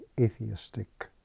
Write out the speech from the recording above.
atheistic